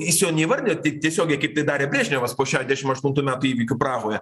jis jo neįvardijo taip tiesiogiai kaip tai darė brežnevas po šešiasdešim aštuntų metų įvykių prahoje